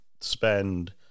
spend